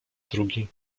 drugi